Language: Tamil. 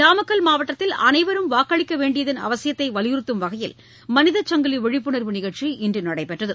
நாமக்கல் மாவட்டத்தில் அனைவரும் வாக்களிக்க வேண்டியதன் அவசியத்தை அவாலியுறத்தும் வகையில் மனித சங்கிலி விழிப்புணர்வு நிகழ்ச்சி இன்று நடைபெற்றது